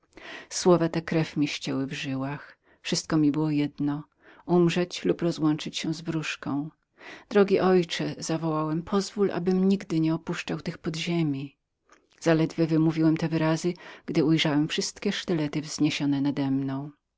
słowa te krew mi ścięły w żyłach wszystko mi było jedno umrzeć lub rozłączyć się z wróżką drogi ojcze zawołałem pozwól abym nigdy nieopuszczał tych podziemi zaledwie wymówiłem te wyrazy gdy ujrzałem wszystkie sztylety nademną wzniesione mój